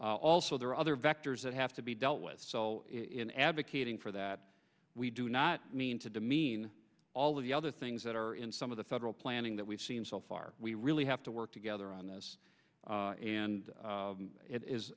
also there are other vectors that have to be dealt with so in advocating for that we do not mean to demean all the other things that are in some of the federal planning that we've seen so far we really have to work together on this and it is